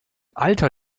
alter